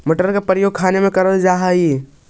मटर का प्रयोग खाने में करल जा हई